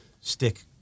stick